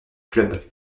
club